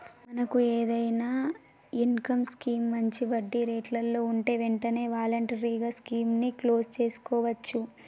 మనకు ఏదైనా income scheme మంచి వడ్డీ రేట్లలో ఉంటే వెంటనే వాలంటరీగా స్కీమ్ ని క్లోజ్ సేసుకోవచ్చు